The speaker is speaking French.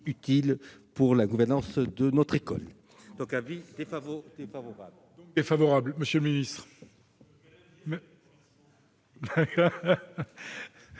pour la gouvernance de notre école. Avis défavorable.